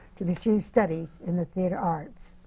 to pursue studies in the theatre arts.